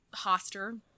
hoster